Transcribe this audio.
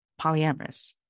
polyamorous